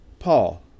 Paul